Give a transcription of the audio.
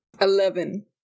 eleven